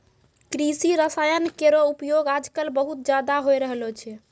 कृषि रसायन केरो उपयोग आजकल बहुत ज़्यादा होय रहलो छै